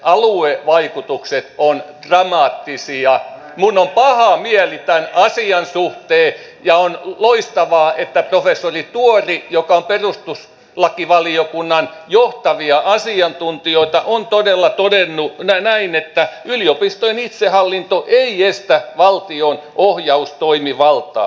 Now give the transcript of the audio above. minulla on paha mieli tämän asian suhteen ja on loistavaa että professori tuori joka on perustuslakivaliokunnan johtavia asiantuntijoita on todella todennut näin että yliopistojen itsehallinto ei estä valtion ohjaustoimivaltaa